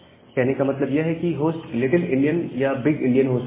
कहने का मतलब यह है कि होस्ट लिटिल इंडियन या बिग इंडियन हो सकता है